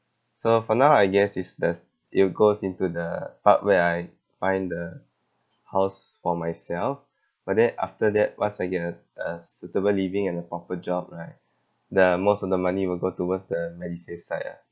so for now I guess it's that's it will goes into the part where I find a house for myself but then after that once I get a s~ a suitable living and a proper job right the most of the money will go towards the medisave side ah